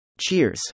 Cheers